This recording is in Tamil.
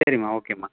சரிம்மா ஓகேம்மா